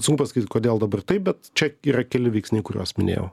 sunku pasakyt kodėl dabar taip bet čia yra keli veiksniai kuriuos minėjau